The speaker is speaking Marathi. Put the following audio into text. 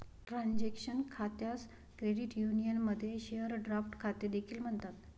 ट्रान्झॅक्शन खात्यास क्रेडिट युनियनमध्ये शेअर ड्राफ्ट खाते देखील म्हणतात